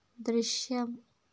ദൃശ്യം